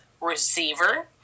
receiver